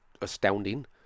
astounding